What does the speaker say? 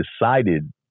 decided